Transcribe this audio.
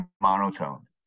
monotone